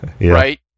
right